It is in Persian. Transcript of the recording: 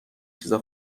چیزا